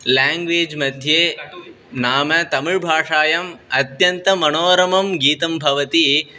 language मध्ये नाम तमिळ् भाषायाम् अत्यन्तं मनोरमं गीतं भवति